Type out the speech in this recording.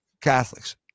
Catholics